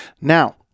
Now